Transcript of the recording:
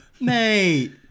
Mate